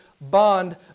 bond